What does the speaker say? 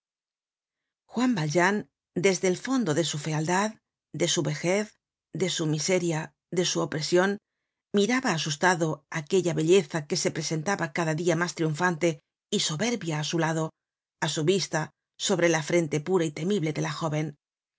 juan valjean desde el fondo de su fealdad de su vejez de su miseria de su opresion miraba asustado aquella belleza que se presentaba cada dia mas triunfante y soberbia á su lado á su vista sobre la frente pura y temible de la jóven